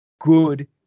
good